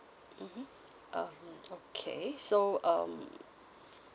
mmhmm uh okay so um